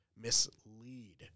mislead